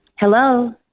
Hello